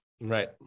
Right